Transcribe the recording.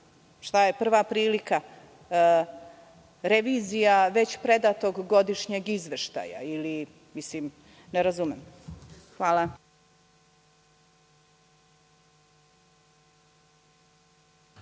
Šta je prva prilika? Revizija već predatog godišnjeg izveštaja ili šta, ne razumem? Hvala.